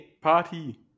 Party